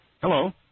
Hello